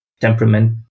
temperament